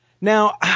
Now